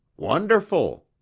wonderful!